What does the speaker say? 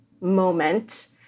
moment